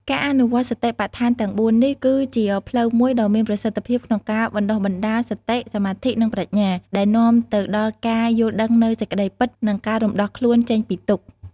ការអនុវត្តន៍សតិប្បដ្ឋានទាំងបួននេះ គឺជាផ្លូវមួយដ៏មានប្រសិទ្ធភាពក្នុងការបណ្ដុះបណ្ដាល សតិ សមាធិ និង ប្រាជ្ញា ដែលនាំទៅដល់ការយល់ដឹងនូវសេចក្តីពិត និងការរំដោះខ្លួនចេញពីទុក្ខ។